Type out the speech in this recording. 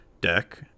deck